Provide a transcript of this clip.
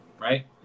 Right